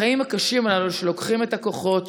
החיים הקשים הללו שלוקחים את הכוחות,